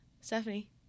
Stephanie